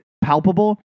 palpable